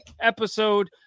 Episode